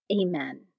Amen